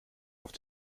auf